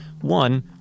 one